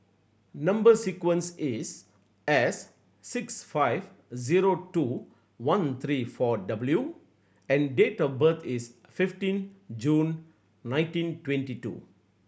number sequence is S six five zero two one three four W and date of birth is fifteen June nineteen twenty two